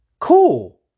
cool